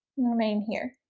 remain here